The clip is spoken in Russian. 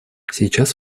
сейчас